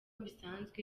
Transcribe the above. bisanzwe